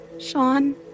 Sean